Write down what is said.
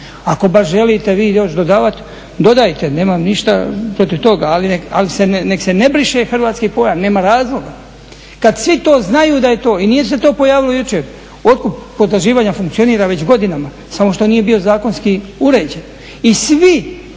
Ako baš želite vi još dodavati, dodajte, nemam ništa protiv toga ali neka se ne briše hrvatski pojam, nema razloga kada svi to znaju da je to. I nije se to pojavilo jučer, otkup potraživanja funkcioniranja funkcionira već godina samo što nije bio zakonski uređen.